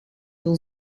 wil